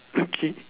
okay